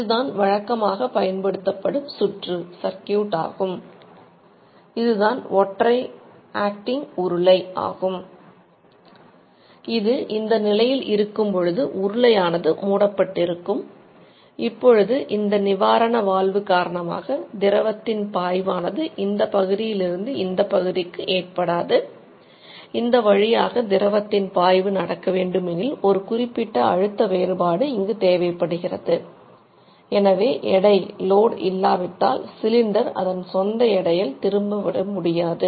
இதுதான் வழக்கமாக பயன்படுத்தப்படும் சுற்று அதன் சொந்த எடையால் திரும்பி வர முடியாது